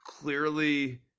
clearly